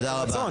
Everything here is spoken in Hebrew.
תודה רבה.